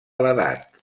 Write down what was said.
l’edat